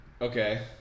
okay